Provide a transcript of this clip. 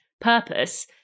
purpose